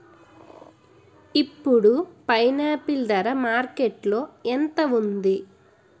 ఇప్పుడు పైనాపిల్ ధర మార్కెట్లో ఎంత ఉంది?